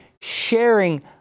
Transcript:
sharing